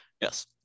Yes